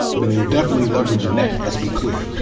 i mean, they were definitely leveraging that, let's be clear.